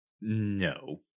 no